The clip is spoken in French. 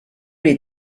les